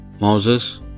Moses